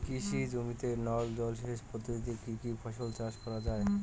কৃষি জমিতে নল জলসেচ পদ্ধতিতে কী কী ফসল চাষ করা য়ায়?